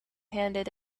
handed